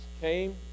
came